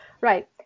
right